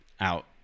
out